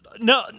No